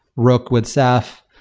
rook with ceph,